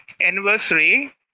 anniversary